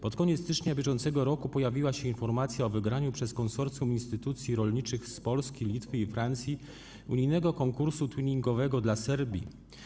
Pod koniec stycznia br. pojawiła się informacja o wygraniu przez konsorcjum instytucji rolniczych z Polski, Litwy i Francji unijnego konkursu twinningowego dla Serbii.